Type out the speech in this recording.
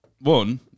one